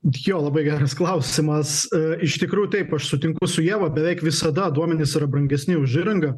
jo labai geras klausimas a iš tikrųjų taip aš sutinku su ieva beveik visada duomenys yra brangesni už įrangą